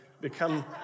become